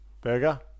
Burger